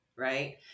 right